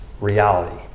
reality